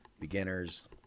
Beginners